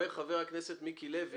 אומר חבר הכנסת מיקי לוי